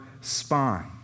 spine